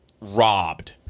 robbed